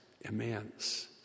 immense